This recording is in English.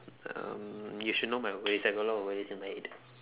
um you should know my worries I have a lot of worries in my head